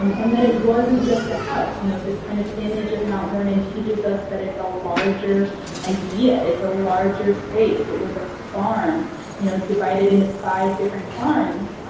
um and that it wasn't just a house. you know this kind of image of mount vernon teaches us that it's a larger idea, it's a larger space. it was a farm you know divided into five different farms.